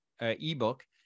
ebook